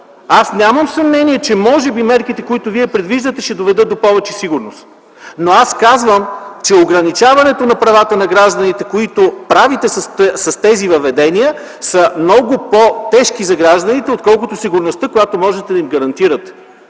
Нямам съмнение, че може би мерките, които предвиждате, ще доведат до повече сигурност. Но казвам, че ограничаването на правата на гражданите с тези въведения е много по-тежко за гражданите, отколкото сигурността, която можете да им гарантирате.